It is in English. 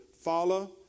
follow